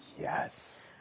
Yes